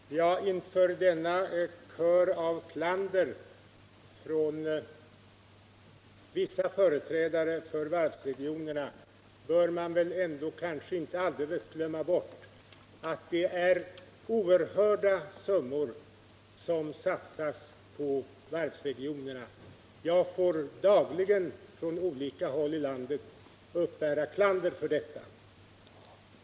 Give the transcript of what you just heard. Herr talman! Inför denna kör av klander från vissa företrädare för varvsregionerna bör man kanske inte alldeles glömma bort att det är oerhörda summor som satsas på varvsregionerna. Jag får dagligen från olika håll i landet uppbära klander för detta.